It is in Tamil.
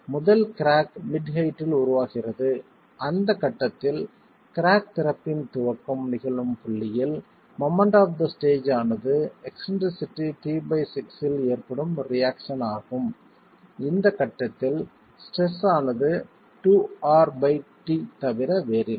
முதல் கிராக் மிட் ஹெயிட்டில் உருவாகிறது அந்த கட்டத்தில் கிராக் திறப்பின் துவக்கம் நிகழும் புள்ளியில் மொமெண்ட் ஆப் த ஸ்டேஜ் ஆனது எக்ஸ்ன்ட்ரிசிட்டி t6 ல் ஏற்படும் ரியாக்சன் ஆகும் இந்த கட்டத்தில் ஸ்ட்ரெஸ் ஆனது 2Rt தவிர வேறில்லை